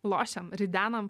lošiam ridenam